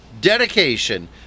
dedication